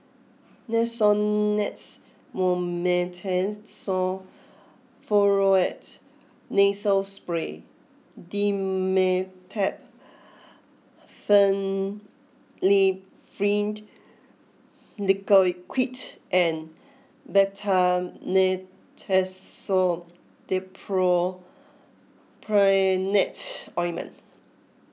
Nasonex Mometasone Furoate Nasal Spray Dimetapp Phenylephrine Liquid and Betamethasone Dipropionate Ointment